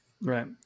Right